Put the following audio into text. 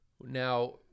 Now